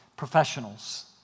professionals